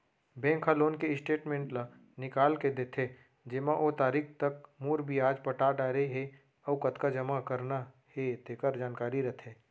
bank ह loan के statement ल निकाल के देथे जेमा ओ तारीख तक मूर, बियाज पटा डारे हे अउ कतका जमा करना हे तेकर जानकारी रथे